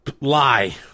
lie